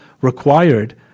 required